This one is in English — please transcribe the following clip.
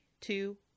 two